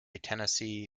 tennessee